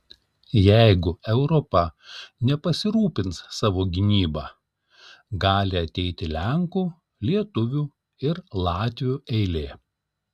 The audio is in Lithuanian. jeigu europa nepasirūpins savo gynyba gali ateiti lenkų lietuvių ir latvių eilė